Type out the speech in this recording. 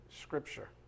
scripture